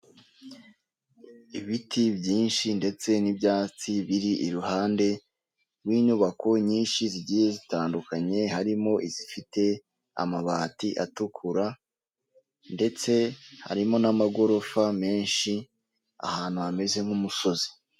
Ibiti byinshi ndetse n'ibyatsi biri iruhande rw'inyubako nyinshi zigiye zitandukanye, harimo izifite amabati atukura ndetse harimo n'amagorofa menshi ahantu hameze nk'umusozi.